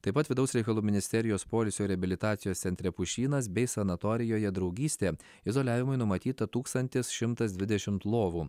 taip pat vidaus reikalų ministerijos poilsio reabilitacijos centre pušynas bei sanatorijoje draugystė izoliavimui numatyta tūkstantis šimtas dvidešimt lovų